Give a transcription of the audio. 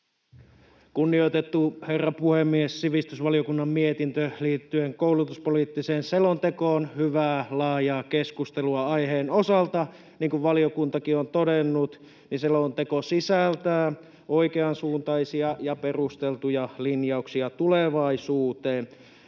Kunnioitettu herra puhemies! Sivistysvaliokunnan mietintö liittyen koulutuspoliittiseen selontekoon — hyvää laajaa keskustelua aiheen osalta. Niin kuin valiokuntakin on todennut, selonteko sisältää oikeansuuntaisia ja perusteltuja linjauksia tulevaisuuteen